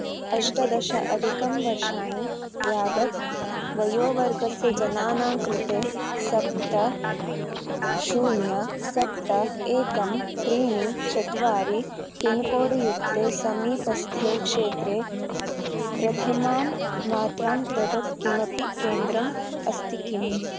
अष्टदशाधिकं वर्षाणि यावत् वयोवर्गस्य जनानां कृते सप्त शून्यं सप्त एकं त्रीणि चत्वारि पिन्कोड्युक्ते समीपस्थे क्षेत्रे प्रथमां मात्रां ददत् किमपि केन्द्रम् अस्ति किम्